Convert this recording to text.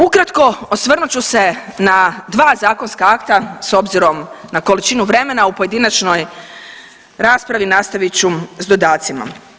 Ukratko osvrnut ću se na dva zakonska akta s obzirom na količinu vremena u pojedinačnoj raspravi nastavit ću sa dodacima.